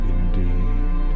Indeed